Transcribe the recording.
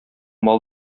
мал